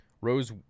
Rose